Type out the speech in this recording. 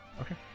Okay